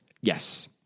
Yes